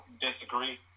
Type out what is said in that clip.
disagree